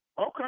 okay